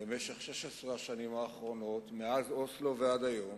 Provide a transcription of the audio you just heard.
במשך 16 השנים האחרונות, מאז אוסלו ועד היום,